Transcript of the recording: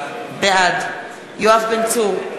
בעד יואב בן צור,